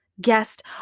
guest